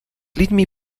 lidmi